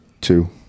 Two